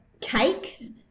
cake